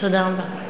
תודה רבה.